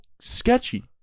sketchy